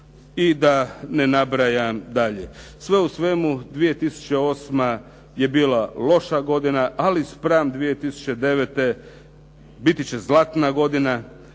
i da ne nabrajam dalje. Sve u svemu 2008. je bila loša godina, ali spram 2009. godine biti će zlatna godina